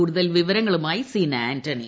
കൂടുതൽ വിവരങ്ങളുമായി സീനാ ആന്റണി